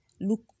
look